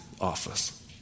office